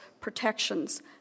protections